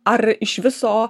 ar iš viso